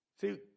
See